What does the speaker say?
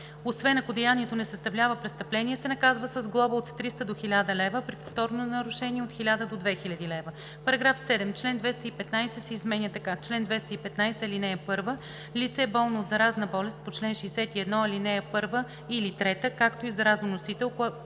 освен ако деянието не съставлява престъпление, се наказва с глоба от 300 до 1000 лв., а при повторно нарушение от 1000 до 2000 лв.“ § 7. Член 215 се изменя така: „Чл. 215. (1) Лице, болно от заразна болест по чл. 61, ал. 1 или 3, както и заразоносител, което откаже